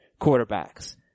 quarterbacks